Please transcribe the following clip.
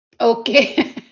Okay